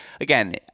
Again